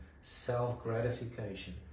self-gratification